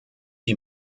die